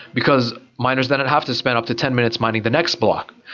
because miners didn't have to spend up to ten minutes mining the next block.